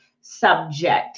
subject